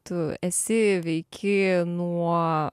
tu esi veiki nuo